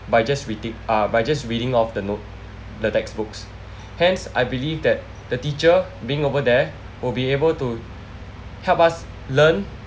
by just retake uh by just reading of the note the textbooks hence I believe that the teacher being over there will be able to help us learn